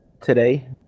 today